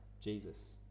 Jesus